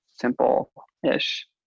simple-ish